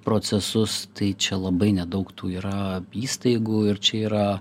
procesus tai čia labai nedaug tų yra įstaigų ir čia yra